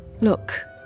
Look